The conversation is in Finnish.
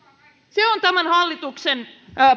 se on tämän hallituksen